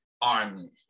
on